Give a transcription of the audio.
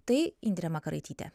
tai indrė makaraitytė